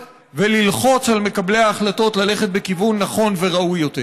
וללחוץ על מקבלי ההחלטות ללכת בכיוון נכון וראוי יותר.